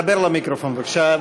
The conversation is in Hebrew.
דבר למיקרופון, בבקשה.